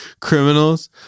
criminals